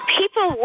people